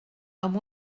amb